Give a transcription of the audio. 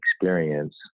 experience